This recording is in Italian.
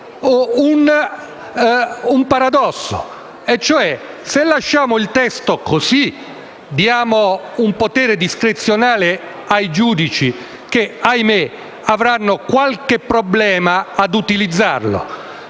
un paradosso: se lasciamo il testo così, diamo un potere discrezionale ai giudici che - ahimè - avranno qualche problema a utilizzarlo,